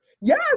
Yes